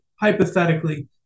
hypothetically